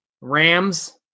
Rams